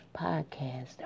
podcast